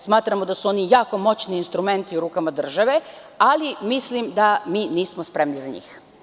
Smatramo da su one jako moćni instrumenti u rukama države, ali mislim da mi nismo spremni za njih.